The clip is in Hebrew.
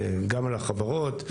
גם לחברות,